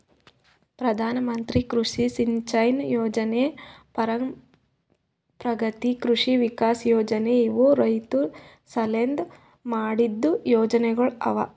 ಪ್ರಧಾನ ಮಂತ್ರಿ ಕೃಷಿ ಸಿಂಚೈ ಯೊಜನೆ, ಪರಂಪ್ರಗತಿ ಕೃಷಿ ವಿಕಾಸ್ ಯೊಜನೆ ಇವು ರೈತುರ್ ಸಲೆಂದ್ ಮಾಡಿದ್ದು ಯೊಜನೆಗೊಳ್ ಅವಾ